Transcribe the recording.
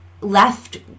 left